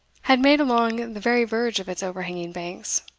had made along the very verge of its overhanging banks.